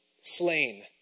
slain